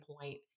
point